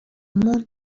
موند